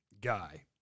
guy